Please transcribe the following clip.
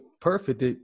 perfect